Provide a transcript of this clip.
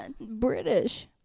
British